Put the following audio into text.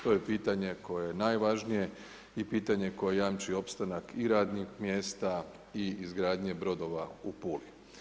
To je pitanje koje je najvažnije i pitanje koje jamči opstanak i radnih mjesta i izgradnje brodova u Puli.